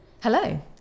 Hello